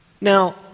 Now